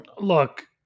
Look